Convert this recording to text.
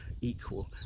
equal